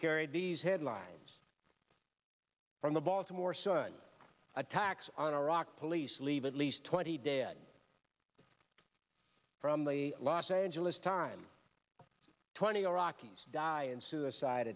carried these headlines from the baltimore sun attacks on iraq police leave at least twenty dead from the los angeles times twenty iraqis die in suicide